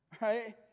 Right